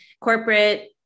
corporate